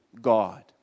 God